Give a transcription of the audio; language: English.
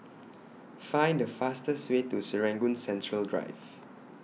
Find The fastest Way to Serangoon Central Drive